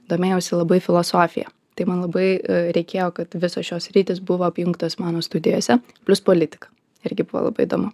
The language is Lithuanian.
domėjausi labai filosofija tai man labai reikėjo kad visos šios sritys buvo apjungtos mano studijose plius politika irgi buvo labai įdomu